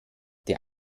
der